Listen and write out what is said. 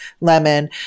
lemon